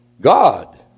God